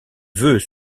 veut